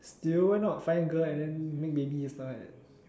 still why not find girl and then make baby something like that